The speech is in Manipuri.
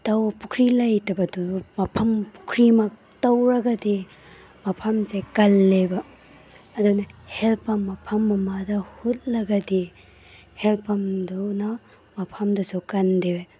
ꯄꯨꯈ꯭ꯔꯤ ꯂꯩꯇꯕꯗꯨ ꯃꯐꯝ ꯄꯨꯈ꯭ꯔꯤꯃꯛ ꯇꯧꯔꯒꯗꯤ ꯃꯐꯝꯁꯦ ꯀꯜꯂꯦꯕ ꯑꯗꯨꯅ ꯍꯦꯜ ꯄꯝ ꯃꯐꯝ ꯑꯃꯗ ꯍꯨꯠꯂꯒꯗꯤ ꯍꯦꯜ ꯄꯝꯗꯨꯅ ꯃꯐꯝꯗꯨꯁꯨ ꯀꯟꯗꯦ